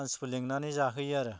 मानसिफोर लेंनानै जाहोयो आरो